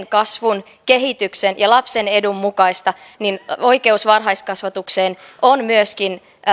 kasvun kehityksen ja lapsen edun mukaista niin oikeus varhaiskasvatukseen on myöskin